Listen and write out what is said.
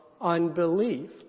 unbelief